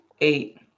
Eight